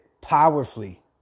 powerfully